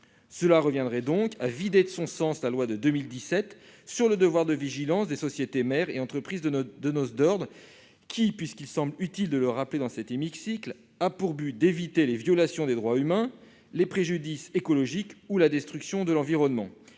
Cela reviendrait donc à vider de son sens la loi de 2017 sur le devoir de vigilance des sociétés mères et entreprises donneuses d'ordre. Puisqu'il semble utile de le rappeler dans cet hémicycle, celle-ci a pour objet d'éviter les violations des droits humains, les préjudices écologiques ou la destruction de l'environnement,